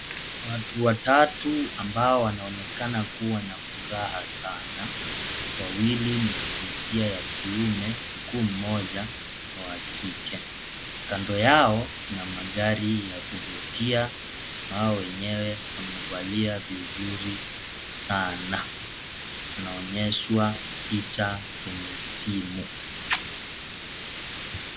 Watu watatu ambao wanaonekana kuwa na furaha sana. wawili ni majinsia ya kiume huku mmoja ni wakike. Kandoyao na mangari ya kubutia, hao inyewe amebalia bizuri sana. Hanaonyeshua picha kwenye simu.